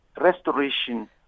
restoration